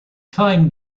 time